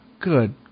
good